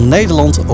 Nederland